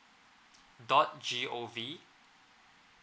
dot G_O_V